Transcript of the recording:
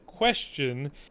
question